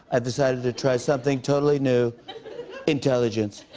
ah decided to try something totally new intelligence.